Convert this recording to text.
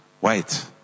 wait